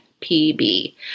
PB